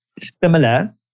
similar